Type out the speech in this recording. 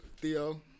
Theo